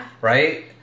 Right